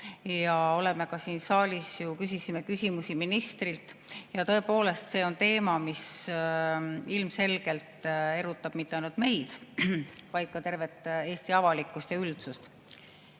ja ka siin saalis küsisime ju küsimusi ministrilt. Tõepoolest, see on teema, mis ilmselgelt erutab mitte ainult meid, vaid ka tervet Eesti avalikkust ja üldsust.